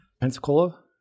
Pensacola